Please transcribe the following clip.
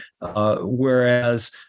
whereas